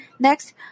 Next